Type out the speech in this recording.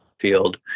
field